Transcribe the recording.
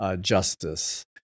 Justice